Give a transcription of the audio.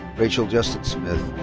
rachel justine smith.